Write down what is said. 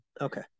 Okay